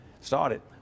started